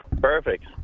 Perfect